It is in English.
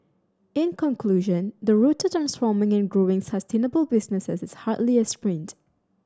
in conclusion the road to transforming and growing sustainable businesses is hardly a sprint